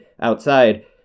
outside